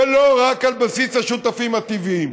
ולא רק על בסיס השותפים הטבעיים,